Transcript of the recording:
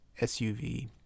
SUV